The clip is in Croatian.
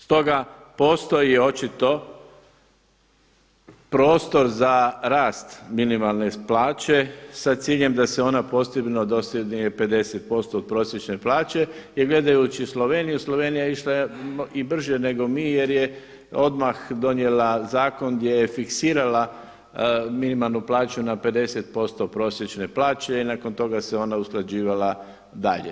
Stoga postoji očito prostor za rast minimalne plaće s ciljem da se ona … 50% od prosječne plaće i gledajući Sloveniju, Slovenija je išla i brže nego mi jer je odmah donijela zakon gdje je fiksirala minimalnu plaću na 50% prosječne plaće i nakon toga se ona usklađivala dalje.